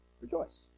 rejoice